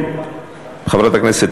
חברת הכנסת,